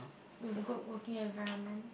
with good working environment